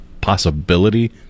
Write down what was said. possibility